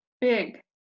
big